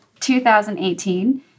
2018